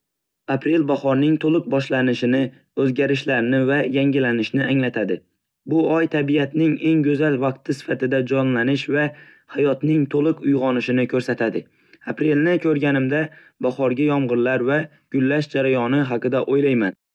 Aprel bahorning to'liq boshlanishini, o'zgarishlarni va yangilanishni anglatadi. Bu oy tabiatning eng go'zal vaqti sifatida jonlanish va hayotning to'liq uyg'onishini ko'rsatadi. Aprelni ko'rganimda, bahorgi yomg'irlar va gullash jarayoni haqida o'ylayman.